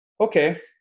okay